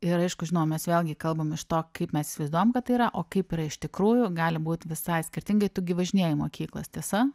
ir aišku žinau mes vėlgi kalbam iš to kaip mes įsivaizduojam kad tai yra o kaip yra iš tikrųjų gali būti visai skirtingai tu gi važinėji į mokyklas tiesa